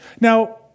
Now